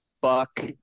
Buck